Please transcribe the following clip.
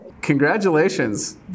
Congratulations